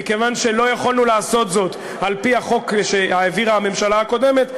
מכיוון שלא יכולנו לעשות זאת על-פי החוק שהעבירה הממשלה הקודמת,